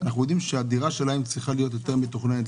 אנחנו יודעים שהדירה שלהם צריכה להיות יותר מתוכננת.